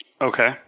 Okay